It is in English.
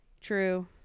True